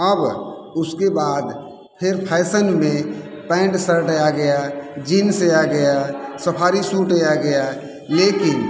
अब उसके बाद फिर फैशन में पैंट शर्ट आ गया जीन्स आ गया सफारी सूट आ गया लेकिन